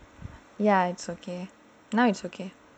ya it's okay now it's okay